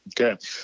Okay